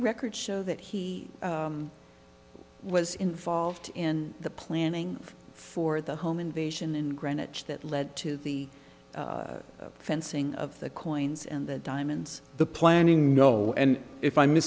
records show that he was involved in the planning for the home invasion in greenwich that led to the fencing of the coins and the diamonds the planning no and if i